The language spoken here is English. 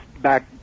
back